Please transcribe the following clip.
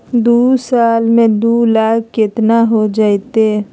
दू साल में दू लाख केतना हो जयते?